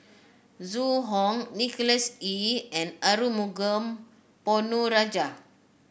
Zhu Hong Nicholas Ee and Arumugam Ponnu Rajah